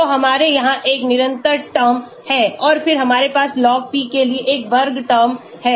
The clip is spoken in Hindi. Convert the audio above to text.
तो हमारे यहां एक निरंतर टर्म है और फिर हमारे पासlog p के लिए एक वर्ग टर्म है